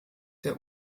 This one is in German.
der